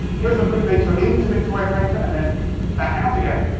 here's a route they took into victoria crater and then back out again.